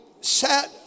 sat